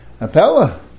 Apella